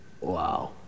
wow